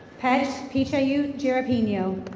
pet peteryu jerepenio